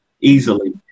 easily